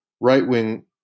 right-wing